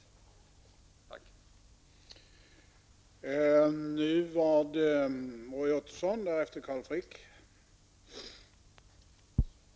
Tack!